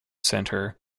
center